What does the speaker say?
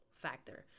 factor